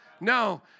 No